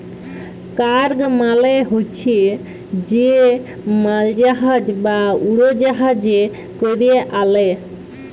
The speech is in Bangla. কার্গ মালে হছে যে মালজাহাজ বা উড়জাহাজে ক্যরে আলে